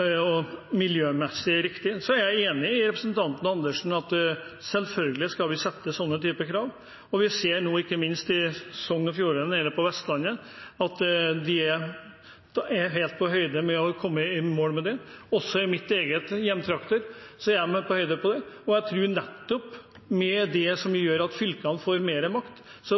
og miljømessig riktig. Så er jeg enig med representanten Andersen i at selvfølgelig skal vi sette sånne typer krav, og vi ser ikke minst på Vestlandet at man er helt på høyden når det gjelder å komme i mål med det. Også på mine egne hjemtrakter er man det. Jeg tror at nettopp ved at fylkene får mer makt,